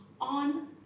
on